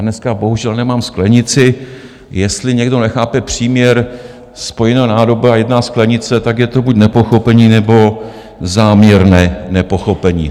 Dneska bohužel nemám sklenici jestli někdo nechápe příměr spojená nádoba a jedna sklenice, tak je to buď nepochopení, nebo záměrné nepochopení.